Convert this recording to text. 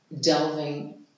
delving